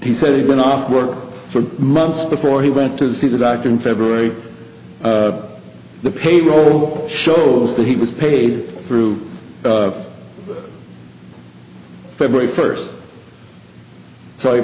he said he'd been off work for months before he went to see the doctor in february the payroll shows that he was paid through february first so it